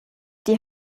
die